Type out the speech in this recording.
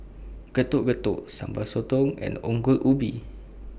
Getuk Getuk Sambal Sotong and Ongol Ubi